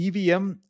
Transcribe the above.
EVM